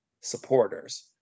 supporters